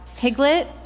Piglet